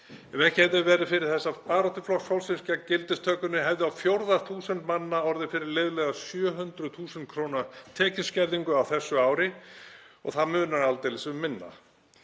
Ef ekki hefði verið fyrir þessa baráttu Flokks fólksins gegn gildistökunni hefðu á fjórða þúsund manna orðið fyrir liðlega 700.000 kr. tekjuskerðingu á þessu ári, og það munar aldeilis um minna.